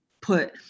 put